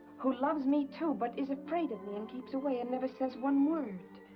who loves me too, but is afraid of me and keeps away and never says one word.